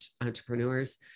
entrepreneurs